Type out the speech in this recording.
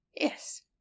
Yes